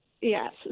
Yes